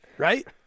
Right